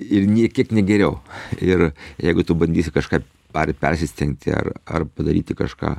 ir nė kiek ne geriau ir jeigu tu bandysi kažką ar persistengti ar ar padaryti kažką